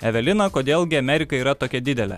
evelina kodėl gi amerika yra tokia didelė